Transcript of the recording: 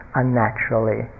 unnaturally